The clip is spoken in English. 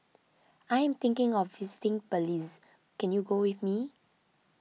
I am thinking of visiting Belize can you go with me